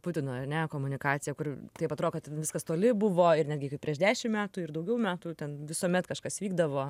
putino ane komunikacija kur taip atrodo kad viskas toli buvo ir netgi kaip prieš dešimt metų ir daugiau metų ten visuomet kažkas vykdavo